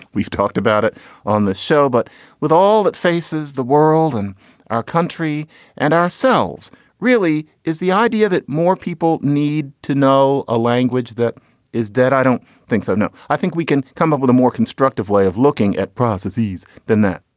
we've talked about it on the show. but with all that faces, the world and our country and ourselves really is the idea that more people need to know a language that is dead? i don't think so, no. i think we can come up with a more constructive way of looking at processes than that.